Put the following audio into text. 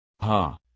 Ha